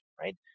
right